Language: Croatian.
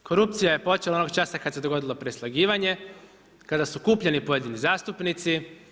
Korupcija je počela onog časa kad se dogodilo preslagivanje, kada su kupljeni pojedini zastupnici.